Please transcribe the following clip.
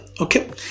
Okay